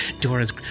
Dora's